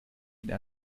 ihnen